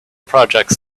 projects